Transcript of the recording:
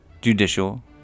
Judicial